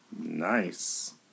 Nice